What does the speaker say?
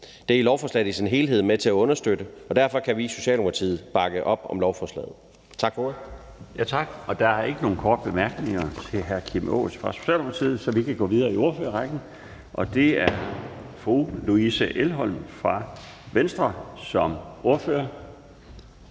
Det er lovforslaget i sin helhed med til at understøtte, og derfor kan vi i Socialdemokratiet bakke op om lovforslaget. Tak for ordet. Kl. 16:21 Den fg. formand (Bjarne Laustsen): Tak. Der er ikke nogen korte bemærkninger til hr. Kim Aas fra Socialdemokratiet, så vi kan gå videre i ordførerrækken, og det er til fru Louise Elholm som ordfører